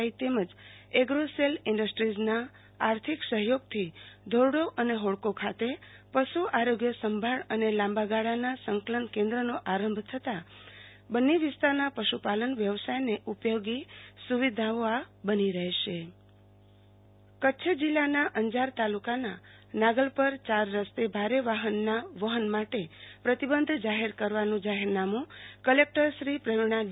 આઈ તેમજ ઐગ્રોસેલ ઈન્ડસ્ટ્રીઝના આર્થિક સહયોગથી ધોરડો અને હોડકો ખાતે પશુ આરોગ્ય સંભાળ અને લાંબાગાળાના સંકલન કેન્દ્રનો આરંભ થતા બન્ની વિસ્તારના પશુપાલન વ્યવસાયને ઉપયોગી સુવિધાઓ બની રહેશે આરતી ભદ્દ જાહેરનામુ કચ્છ જિલ્લાના અંજાર તાલુકાના નાગલપર ચાર રસ્તે ભારે વાહનના વહન માચે પ્રતિબંધ જાહેર કરતુ જાહેરનામુ કલેક્ટરશ્રી પ્રવિણા ડી